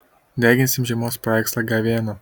deginsim žiemos paveikslą gavėną